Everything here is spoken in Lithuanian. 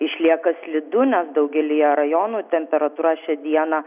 išlieka slidu nes daugelyje rajonų temperatūra šią dieną